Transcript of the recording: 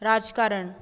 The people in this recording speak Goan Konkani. राजकारण